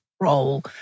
role